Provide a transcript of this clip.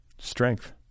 strength